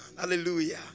Hallelujah